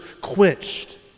quenched